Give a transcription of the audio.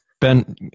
Ben